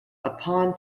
upon